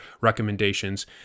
recommendations